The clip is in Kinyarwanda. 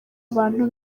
abantu